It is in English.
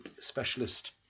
specialist